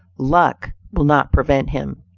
luck will not prevent him.